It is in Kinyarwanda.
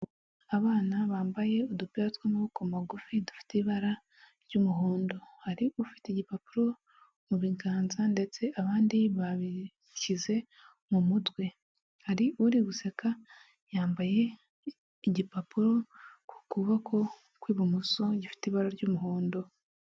Abana bambaye udupira tw'amaboko magufi dufite ibara ry'umuhondo, hari ufite igipapuro mu biganza ndetse abandi babishyize mu mutwe, hari uri guseka yambaye igipapuro ku kuboko kw'ibumoso gifite ibara ry'umuhondo.